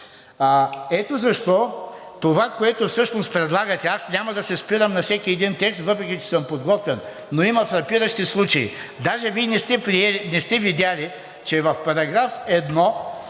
Ето защо това, което всъщност предлагате, аз няма да се спирам на всеки един текст, въпреки че съм подготвен, но има фрапиращи случаи. Даже Вие не сте видели, че в § 1,